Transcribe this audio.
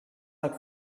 like